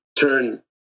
turn